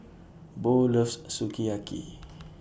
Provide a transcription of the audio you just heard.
Bo loves Sukiyaki